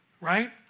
right